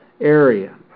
area